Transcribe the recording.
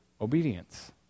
obedience